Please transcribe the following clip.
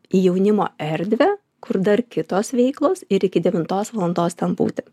į jaunimo erdvę kur dar kitos veiklos ir iki devintos valandos ten būti